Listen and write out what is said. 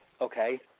okay